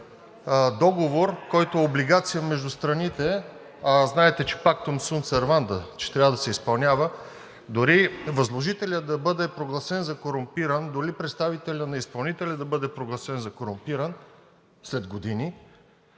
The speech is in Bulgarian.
договор, който е облигация между страните, знаете Pacta sunt servanda, че трябва да се изпълнява, дори възложителят да бъде прогласен за корумпиран, дори представителят на изпълнителя да бъде провъзгласен за корумпиран след години,